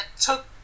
took